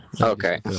okay